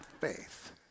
faith